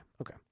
Okay